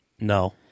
No